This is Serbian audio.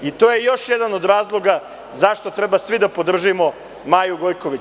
I to je još jedan od razloga zašto treba svi da podržimo Maju Gojković.